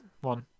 one